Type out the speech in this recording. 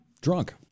Drunk